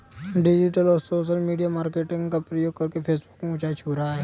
digital और social media marketing का प्रयोग करके फेसबुक ऊंचाई छू रहा है